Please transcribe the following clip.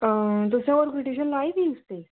तुसें होर कोई ट्यूशन लाई दी ही उसदी